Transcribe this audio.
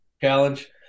challenge